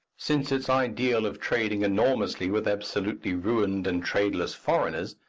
since its ideal of trading enormously with absolutely ruined and tradeless foreigners,